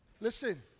Listen